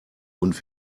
und